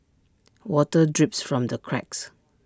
water drips from the cracks